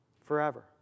forever